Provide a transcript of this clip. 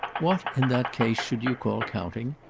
what, in that case, should you call counting?